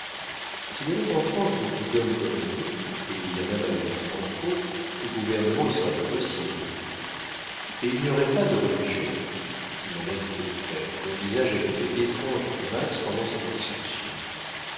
s'il y avait en france beaucoup d'hommes comme vous et il y en a malheureusement trop tout gouvernement y serait impossible et il n'y aurait pas de religion dit madame piédefer dont le visage avait fait d'étranges grimaces pendant cette discussion